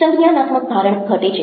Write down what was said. સંજ્ઞાનાત્મક ભારણ ઘટે છે